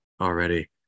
already